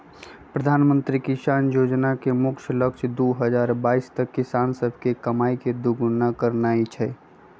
प्रधानमंत्री किसान जोजना के मुख्य लक्ष्य दू हजार बाइस तक किसान सभके कमाइ के दुगुन्ना करनाइ हइ